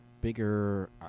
bigger